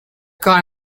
got